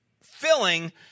filling